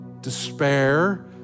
despair